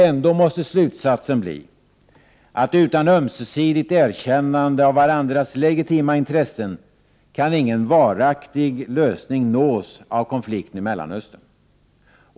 Ändå måste slutsatsen bli, att utan ömsesidigt erkännande av varandras legitima intressen kan ingen varaktig lösning nås av konflikten i Mellanöstern.